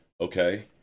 okay